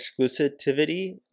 exclusivity